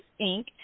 Inc